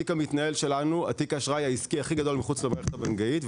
התיק המתנהל שלנו הוא התיק העסקי הכי גדול מחוץ למערכת הבנקאית,